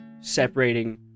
separating